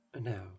Now